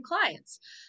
clients